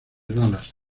dallas